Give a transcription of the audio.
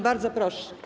Bardzo proszę.